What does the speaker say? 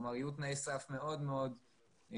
כלומר, יהיו תנאי סף מאוד מאוד גבוהים.